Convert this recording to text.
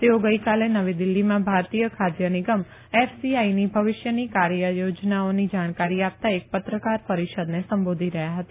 તેઓ ગઈકાલે નવી દિલ્હીમાં ભારતીય ખાદ્ય નિગમ એફસીઆઈની ભવિષ્યની કાર્ય યોજનાઓની જાણકારી આપતા એક પત્રકાર પરિષદને સંબંધો રહયાં હતા